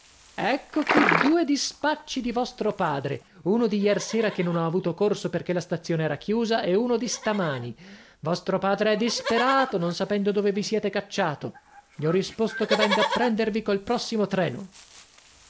ecco qui due dispacci di vostro padre uno di iersera che non ha avuto corso perché la stazione era chiusa e uno di stamani vostro padre è disperato non sapendo dove vi siete cacciato gli ho risposto che venga a prendervi col prossimo treno